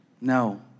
No